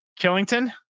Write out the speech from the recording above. Killington